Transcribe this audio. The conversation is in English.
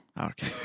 okay